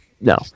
no